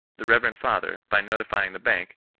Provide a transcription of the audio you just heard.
the reve rend father, by notifying the bank,